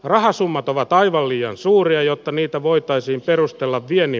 rahasummat ovat aivan liian suuria jotta niitä voitaisiin perustella pieni